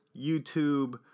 YouTube